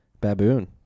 Baboon